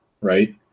right